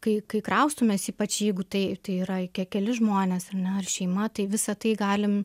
kai kai kraustomės ypač jeigu tai tai yra ke keli žmonės ar ne ar šeima tai visa tai galim